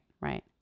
right